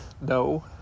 no